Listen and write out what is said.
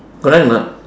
correct or not